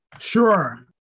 Sure